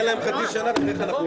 ננעלת.